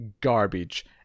garbage